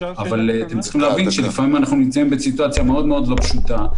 אבל אתם צריכים להבין שלפעמים אנחנו נמצאים בסיטואציה מאוד לא פשוטה,